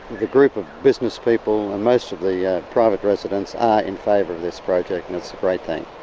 the group of business people and most of the yeah private residents are in favour of this project and it's a great thing.